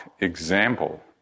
example